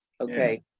Okay